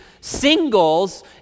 singles